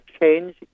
change